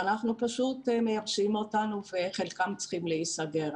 ופשוט מייבשים אותנו וחלקם צריכים להיסגר.